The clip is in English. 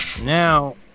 now